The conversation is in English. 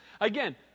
Again